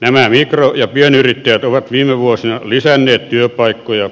nämä mikro ja pienyrittäjät ovat viime vuosina lisänneet työpaikkoja